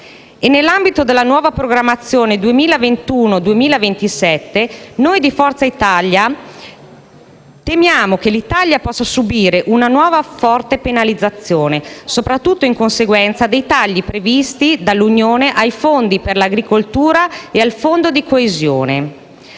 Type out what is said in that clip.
Nell'ambito della nuova programmazione 2021-2027 noi di Forza Italia temiamo che l'Italia possa subire una nuova forte penalizzazione, soprattutto in conseguenza dei tagli previsti dall'Unione ai fondi per l'agricoltura e al Fondo di coesione.